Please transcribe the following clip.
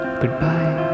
goodbye